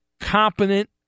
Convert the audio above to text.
competent